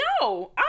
No